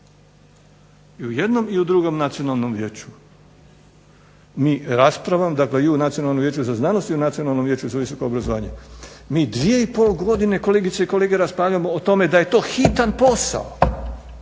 I u jednom i u drugom nacionalnom vijeću mi raspravama, dakle i u Nacionalnom vijeću za znanost i u Nacionalnom vijeću za visoko obrazovanje, mi dvije i pol godine kolegice i kolege raspravljamo o tome da je to hitan posao,